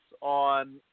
on